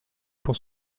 pour